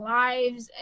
lives